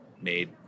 made